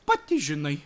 pati žinai